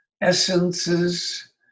essences